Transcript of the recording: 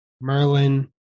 Merlin